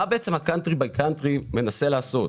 מה בעצם ה- country by country מנסה לעשות?